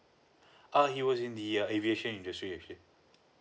uh he was in the uh aviation industry actually